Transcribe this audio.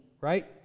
Right